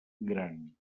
gran